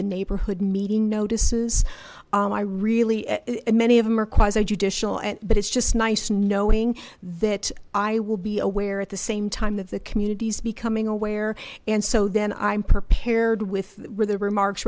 the neighborhood meeting notices i really meant of them are quasi judicial and but it's just nice knowing that i will be aware at the same time that the community's becoming a we're and so then i'm prepared with where the remarks